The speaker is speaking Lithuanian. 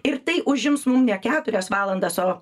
ir tai užims mum ne keturias valandas o